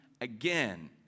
again